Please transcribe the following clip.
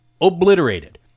obliterated